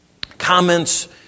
Comments